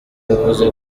yavuze